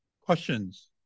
Questions